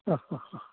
ആ ഹാ ഹാ